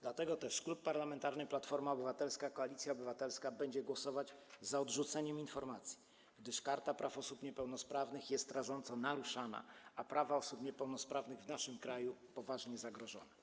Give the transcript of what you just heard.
Dlatego też Klub Parlamentarny Platforma Obywatelska - Koalicja Obywatelska będzie głosować za odrzuceniem informacji, gdyż Karta Praw Osób Niepełnosprawnych jest rażąco naruszana, a prawa osób niepełnosprawnych w naszym kraju są poważnie zagrożone.